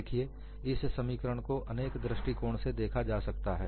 देखिए इस समीकरण को अनेक दृष्टिकोण से देखा जा सकता है